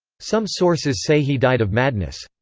some sources say he died of madness.